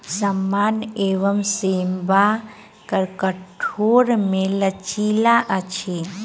सामान एवं सेवा कर कठोर नै लचीला अछि